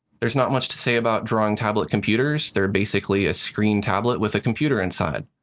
there's not much to say about drawing tablet computers. they are basically a screen tablet with a computer inside.